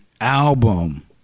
album